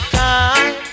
time